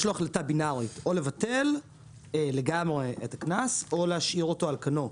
יש לו החלטה בינארית או לבטל לגמרי את הקנס או להשאיר אותו על כנו.